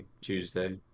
Tuesday